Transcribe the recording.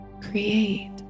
Create